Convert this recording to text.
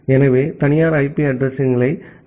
எனவே தனியார் ஐபி அட்ரஸிங் களை ஐ